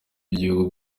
by’igihugu